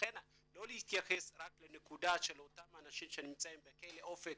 לכן לא להתייחס רק לנקודה של אותם אנשים שנמצאים בכלא אופק